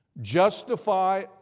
justify